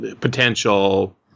potential